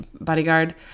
bodyguard